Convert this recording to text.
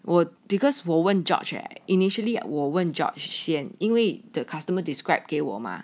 我 because 我问 georgia initially 我问 george 先因为 the customer described 给我吗